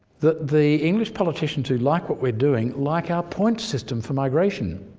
that the english politicians who like what we're doing like our point system for migration.